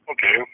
Okay